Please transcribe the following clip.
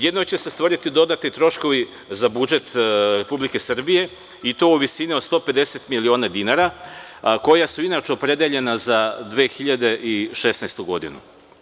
Jedino će se stvoriti dodatni troškovi za budžet Republike Srbije, i to u visini od 150 miliona dinara, koja su inače opredeljena za 2016. godinu.